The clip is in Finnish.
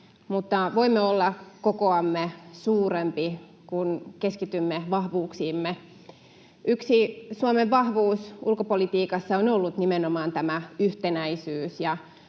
mutta voimme olla kokoamme suurempi, kun keskitymme vahvuuksiimme. Yksi Suomen vahvuus ulkopolitiikassa on ollut nimenomaan tämä yhtenäisyys.